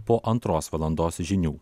po antros valandos žinių